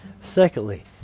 secondly